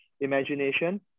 imagination